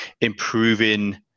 improving